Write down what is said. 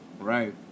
Right